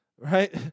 right